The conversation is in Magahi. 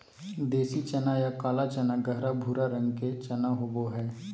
देसी चना या काला चना गहरा भूरा रंग के चना होबो हइ